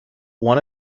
one